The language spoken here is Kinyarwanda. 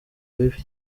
bibi